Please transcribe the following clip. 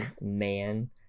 man